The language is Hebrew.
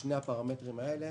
בשני הפרמטרים האלה